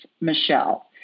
Michelle